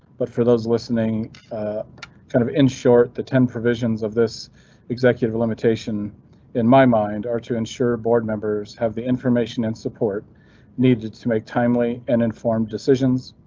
but for those listening kind of. in short, the ten provisions of this executive limitation in my mind are to ensure board members have the information and support needed to make timely and informed decisions,